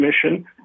Commission